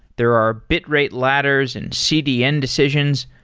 there are bit rate ladders and cdn decisions.